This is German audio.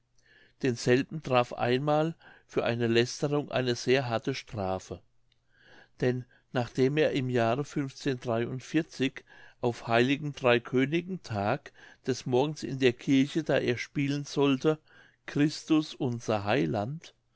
denselben traf einmal für seine lästerungen eine sehr harte strafe denn nachdem er im jahre auf heiligen drei königen tag des morgens in der kirche da er spielen sollte christus unser heiland